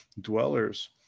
dwellers